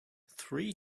three